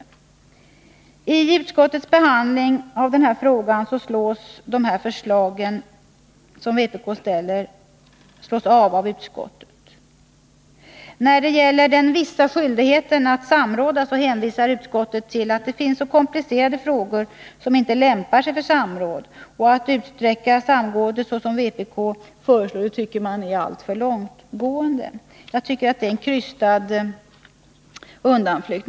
Vid utskottets behandling av denna fråga har vpk:s förslag avstyrkts av utskottet. När det gäller den begränsade skyldigheten att samråda hänvisar utskottet till att det finns komplicerade frågor som inte lämpar sig för samråd. Att utsträcka samrådet såsom vpk föreslår vore alltför långtgående. Det är en krystad undanflykt.